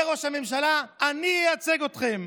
אומר ראש הממשלה: "אני אייצג אתכם,